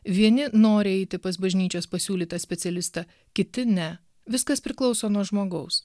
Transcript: vieni nori eiti pas bažnyčios pasiūlytą specialistą kiti ne viskas priklauso nuo žmogaus